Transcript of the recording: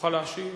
תוכל להשיב,